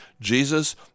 Jesus